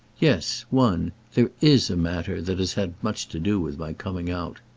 yes. one. there is a matter that has had much to do with my coming out.